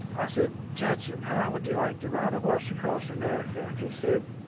i said, judson, how would you like to ride a horse across america? and he said,